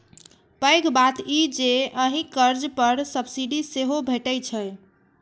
पैघ बात ई जे एहि कर्ज पर सब्सिडी सेहो भैटै छै